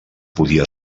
podia